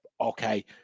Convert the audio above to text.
okay